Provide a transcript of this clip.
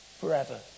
forever